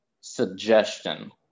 suggestion